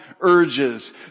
urges